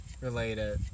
related